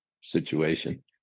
situation